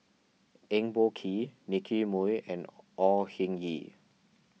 Eng Boh Kee Nicky Moey and Au Hing Yee